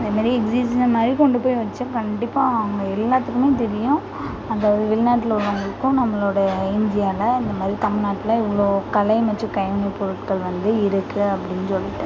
அது மாரி எக்ஸிபிஷன் மாதிரி கொண்டு போய் வெச்சா கண்டிப்பாக அவங்க எல்லோத்துக்குமே தெரியும் அந்த வெளிநாட்டில் உள்ளவங்களும் நம்மளோட இந்தியாவில் இந்தமாதிரி தமிழ்நாட்ல எவ்வளோ கலை மற்றும் கைவினை பொருட்கள் வந்து இருக்குது அப்படின்னு சொல்லிவிட்டு